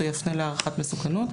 הוא יפנה להערכת מסוכנות,